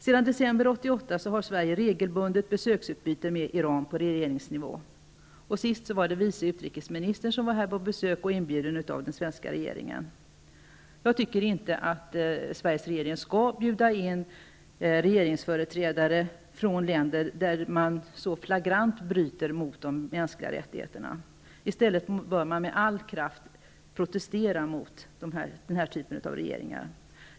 Sedan december 1988 har Sverige regelbundet besöksutbyte med Iran på regeringsnivå. Sist var det vice utrikesministern som var här på besök, inbjuden av den svenska regeringen. Jag tycker inte att Sveriges regering skall bjuda in regeringsföreträdare från länder som så flagrant bryter mot de mänskliga rättigheterna. I stället bör man med all kraft protestera mot den här typen av regeringar.